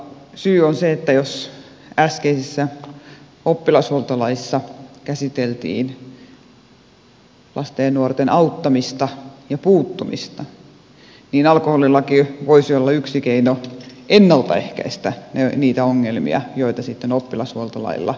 syy on se että jos äskeisessä oppilashuoltolaissa käsiteltiin lasten ja nuorten auttamista ja puuttumista niin alkoholilaki voisi olla yksi keino ennalta ehkäistä niitä ongelmia joita sitten oppilashuoltolailla yritetään hoitaa